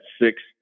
six